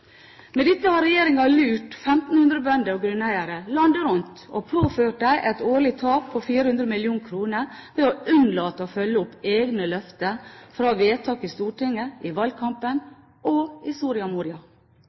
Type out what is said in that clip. Med dette har regjeringen lurt 1 500 bønder og grunneiere landet rundt og påført dem et årlig tap på 400 mill. kr, ved å unnlate å følge opp egne løfter fra vedtak i Stortinget, i